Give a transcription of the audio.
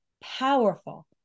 powerful